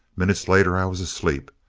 minute later i was asleep,